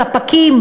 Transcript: הספקים,